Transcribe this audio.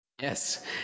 Yes